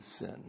sin